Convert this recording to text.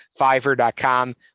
fiverr.com